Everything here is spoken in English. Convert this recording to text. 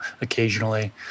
occasionally